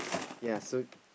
ya so